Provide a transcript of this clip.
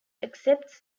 accepts